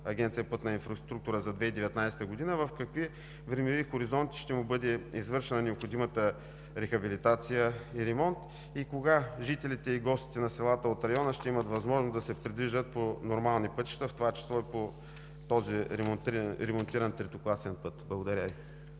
Агенция „Пътна инфраструктура“ за 2019 г., в какви времеви хоризонти ще му бъде извършена необходимата рехабилитация и ремонт и кога жителите и гостите на селата от района ще имат възможност да се придвижват по нормални пътища, в това число и по този ремонтиран третокласен път? Благодаря Ви.